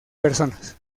personas